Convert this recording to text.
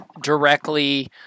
directly